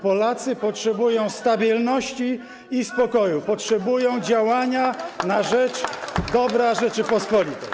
Polacy potrzebują stabilności i spokoju, potrzebują działania na rzecz dobra Rzeczypospolitej.